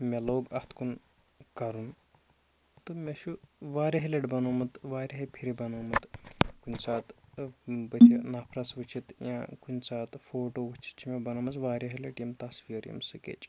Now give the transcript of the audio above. مےٚ لوٚگ اَتھ کُن کَرُن تہٕ مےٚ چھُ واریاہہِ لَٹہِ بَنوومُت واریاہ پھِرِ بَنوومُت کُنہِ ساتہٕ بٕتھِ نَفرَس وٕچھِتھ یا کُنہِ ساتہٕ فوٹو وٕچھِتھ چھِ مےٚ بَنٲمٕژ واریاہہِ لٹہِ یِم تصویٖر یِم سِکٮ۪چ